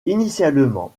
initialement